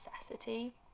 necessity